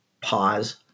pause